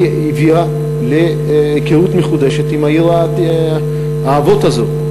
היא הביאה להיכרות מחודשת עם עיר האבות הזאת.